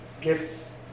gifts